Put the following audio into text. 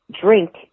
drink